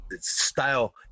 style